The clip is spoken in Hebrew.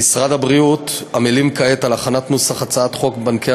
במשרד הבריאות עמלים כעת על הכנת נוסח הצעת חוק בנקי